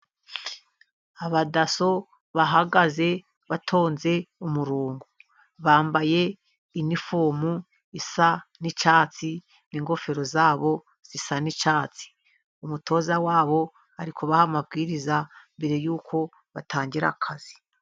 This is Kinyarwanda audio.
Abadaso bahagaze batonze umurongo bambaye inifomu isa n'icyatsi, ingofero zabo zisa n'icyatsi. umutoza wabo ari kubaha amabwiriza mbere yuko batangira akazi.